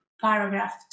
Paragraph